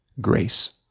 grace